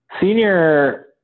senior